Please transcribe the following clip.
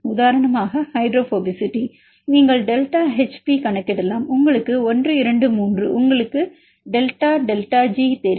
உதாரணமாக ஹைட்ரோபோபசிட்டி நீங்கள் delta HP கணக்கிடலாம் உங்களுக்கு 1 2 3 உங்களுக்கு டெல்டா டெல்டா ஜி தெரியும்